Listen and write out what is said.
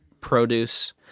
produce